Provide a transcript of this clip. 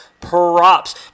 props